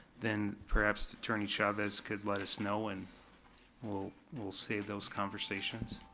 then perhaps attorney chavez could let us know, and we'll we'll save those conversations.